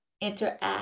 interact